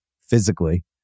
physically